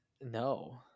No